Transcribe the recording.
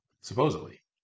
Supposedly